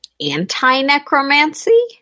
anti-necromancy